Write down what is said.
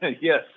Yes